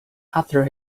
after